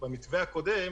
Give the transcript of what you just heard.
במתווה הקודם,